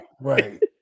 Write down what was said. right